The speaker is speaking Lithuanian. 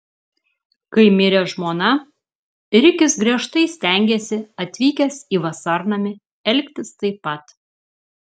kai mirė žmona rikis griežtai stengėsi atvykęs į vasarnamį elgtis taip pat